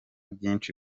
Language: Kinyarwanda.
byinshi